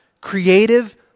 creative